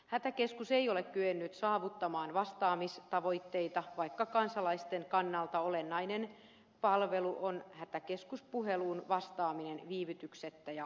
hätäkeskus ei ole kyennyt saavuttamaan vastaamistavoitteita vaikka kansalaisten kannalta olennainen palvelu on hätäkeskuspuheluun vastaaminen viivytyksettä ja ammattitaidolla